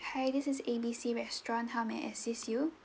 hi this is A B C restaurant how may I assist you